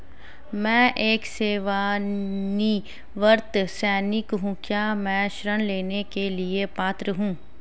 मैं एक सेवानिवृत्त सैनिक हूँ क्या मैं ऋण लेने के लिए पात्र हूँ?